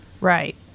Right